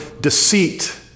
deceit